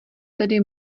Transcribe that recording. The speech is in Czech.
tedy